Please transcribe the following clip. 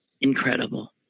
Incredible